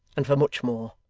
and for much more!